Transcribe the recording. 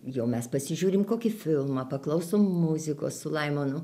jau mes pasižiūrim kokį filmą paklausom muzikos su laimonu